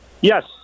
Yes